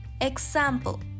example